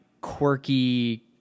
quirky